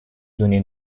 دونی